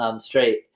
straight